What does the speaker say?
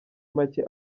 make